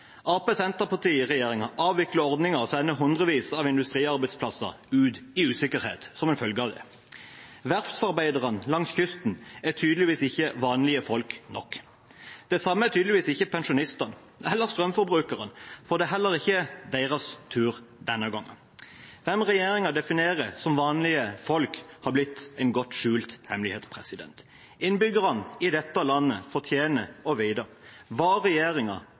avvikler ordningen og sender hundrevis av industriarbeidsplasser ut i usikkerhet som en følge av det. Verftsarbeiderne langs kysten er tydeligvis ikke vanlige folk nok. Det samme er tydeligvis ikke pensjonistene eller strømforbrukerne, for det er heller ikke deres tur denne gangen. Hvem regjeringen definerer som vanlige folk, har blitt en godt skjult hemmelighet. Innbyggerne i dette landet fortjener å vite hva regjeringen akutt skal gjøre for å avhjelpe deres situasjon her og